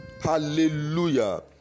hallelujah